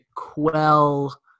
quell